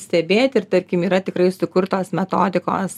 stebėti ir tarkim yra tikrai sukurtos metodikos